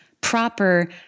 proper